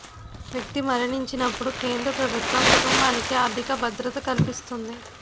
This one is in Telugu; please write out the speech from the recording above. వ్యక్తి మరణించినప్పుడు కేంద్ర ప్రభుత్వం కుటుంబానికి ఆర్థిక భద్రత కల్పిస్తుంది